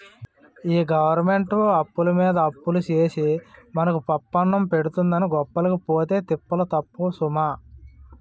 ఈ గవరమెంటు అప్పులమీద అప్పులు సేసి మనకు పప్పన్నం పెడతందని గొప్పలకి పోతే తిప్పలు తప్పవు సుమా